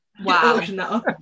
Wow